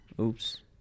oops